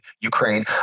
Ukraine